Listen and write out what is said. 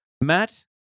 Matt